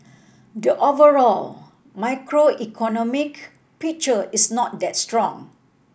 the overall macroeconomic picture is not that strong